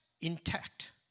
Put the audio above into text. intact